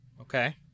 Okay